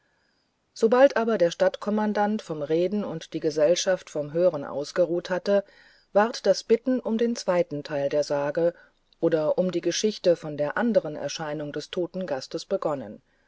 sobald aber der stadtkommandant vom reden und die gesellschaft vom hören ausgeruht hatten ward das bitten um den zweiten teil der sage oder um die geschichte von der anderen erscheinung des toten gastes begonnen